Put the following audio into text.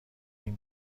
این